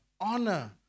Honor